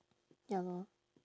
ya lor